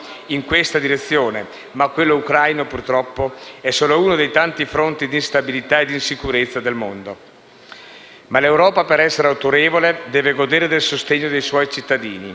in questa direzione ma quello ucraino, purtroppo, è solo uno dei tanti fronti d'instabilità e d'insicurezza del mondo. L'Europa, per essere autorevole, deve godere del sostegno dei suoi cittadini